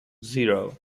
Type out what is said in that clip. zero